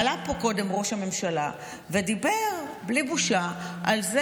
עלה פה קודם ראש הממשלה ודיבר בלי בושה על זה